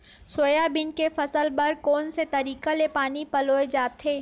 Soybean के फसल बर कोन से तरीका ले पानी पलोय जाथे?